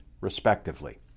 respectively